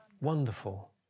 Wonderful